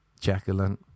Jacqueline